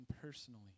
personally